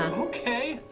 okay.